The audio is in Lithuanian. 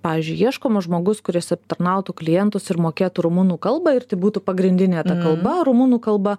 pavyzdžiui ieškomas žmogus kuris aptarnautų klientus ir mokėtų rumunų kalba ir tai būtų pagrindinė ta kalba rumunų kalba